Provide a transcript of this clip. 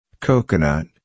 coconut